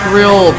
real